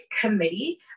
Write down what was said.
committee